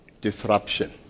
disruption